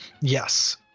Yes